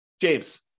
James